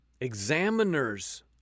Examiners